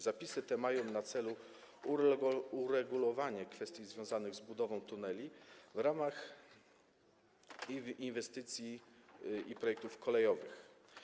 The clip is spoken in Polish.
Zapisy te mają na celu uregulowanie kwestii związanych z budową tuneli w ramach inwestycji i projektów kolejowych.